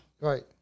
Right